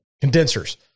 Condensers